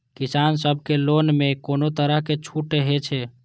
किसान सब के लोन में कोनो तरह के छूट हे छे?